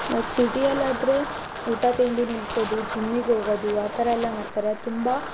like ಸಿಟಿಯಲ್ಲಾದರೆ ಊಟ ತಿಂಡಿ ನಿಲ್ಲಿಸೋದು ಜಿಮ್ಮಿಗೋಗೋದು ಆ ಥರ ಎಲ್ಲ ಮಾಡ್ತಾರೆ ಅದು ತುಂಬ